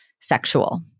sexual